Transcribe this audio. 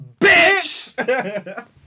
bitch